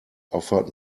offered